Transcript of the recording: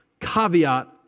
caveat